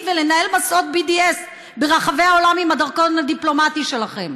ולנהל מסעות BDS ברחבי העולם עם הדרכון הדיפלומטי שלכם.